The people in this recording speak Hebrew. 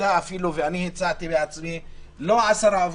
אני הצעתי לא 10 עובדים,